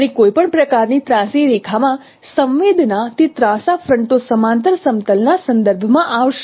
અને કોઈપણ પ્રકારની ત્રાંસી રેખા માં સંવેદના તે ત્રાંસા ફ્રન્ટો સમાંતર સમતલના સંદર્ભમાં આવશે